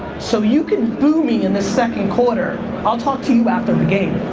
so you can boo me in the second quarter i'll talk to you after the game.